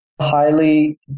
highly